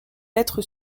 lettre